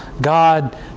God